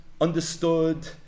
understood